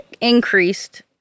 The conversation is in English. increased